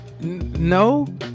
no